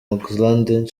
oxlade